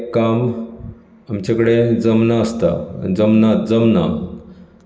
कांय एक काम आमच्या कडेन जमना आसता आनी जमना जमना